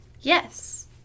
Yes